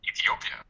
Ethiopia